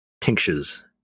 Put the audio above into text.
tinctures